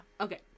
okay